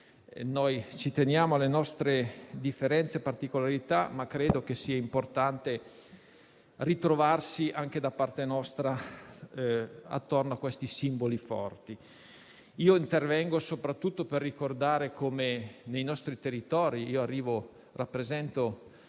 che teniamo alle nostre differenze e particolarità, ma credo che sia importante ritrovarsi, anche da parte nostra, intorno a questi simboli forti. Intervengo soprattutto per ricordare come la Valle d'Aosta, che rappresento,